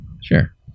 Sure